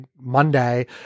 monday